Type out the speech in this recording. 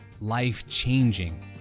life-changing